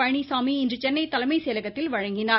பழனிசாமி இன்று சென்னை தலைமை செயலகத்தில் வழங்கினார்